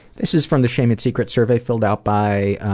this is from the shame and secrets survey filled out by,